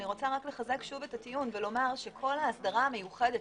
אני רוצה לחזק את הטיעון ולומר שכל ההסדרה המיוחדת